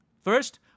First